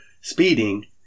speeding